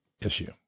issue